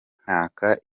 nkaka